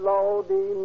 Lordy